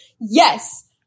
Yes